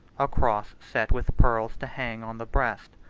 a cross set with pearls to hang on the breast,